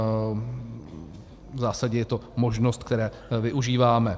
V zásadě je to možnost, které využíváme.